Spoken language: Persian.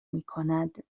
میکند